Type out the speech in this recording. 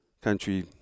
Country